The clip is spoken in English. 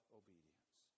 obedience